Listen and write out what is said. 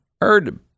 heard